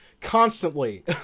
constantly